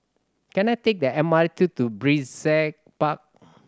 can I take the M R T to Brizay Park